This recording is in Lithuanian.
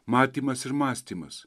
matymas ir mąstymas